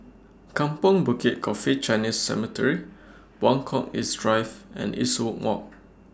Kampong Bukit Coffee Chinese Cemetery Buangkok East Drive and Eastwood Walk